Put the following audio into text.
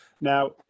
Now